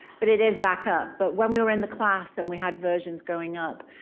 but it is back up. but when we were in the class and we had versions going up,